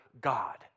God